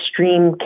extreme